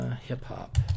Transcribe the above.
Hip-hop